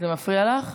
זה מפריע לך?